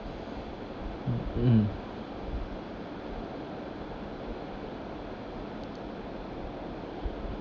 mm mmhmm